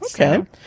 okay